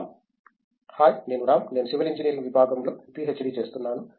Ram hi నేను రామ్ నేను civil engineering విభాగంలో పీహెచ్డీ చేస్తున్నాను